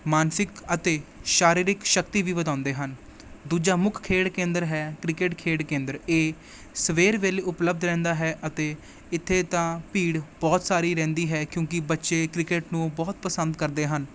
ਮਾਨਸਿਕ ਅਤੇ ਸਰੀਰਿਕ ਸ਼ਕਤੀ ਵੀ ਵਧਾਉਂਦੇ ਹਨ ਦੂਜਾ ਮੁੱਖ ਖੇਡ ਕੇਂਦਰ ਹੈ ਕ੍ਰਿਕੇਟ ਖੇਡ ਕੇਂਦਰ ਇਹ ਸਵੇਰ ਵੇਲੇ ਉਪਲੱਬਧ ਰਹਿੰਦਾ ਹੈ ਅਤੇ ਇੱਥੇ ਤਾਂ ਭੀੜ ਬਹੁਤ ਸਾਰੀ ਰਹਿੰਦੀ ਹੈ ਕਿਉਂਕਿ ਬੱਚੇ ਕ੍ਰਿਕੇਟ ਨੂੰ ਬਹੁਤ ਪਸੰਦ ਕਰਦੇ ਹਨ